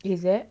is it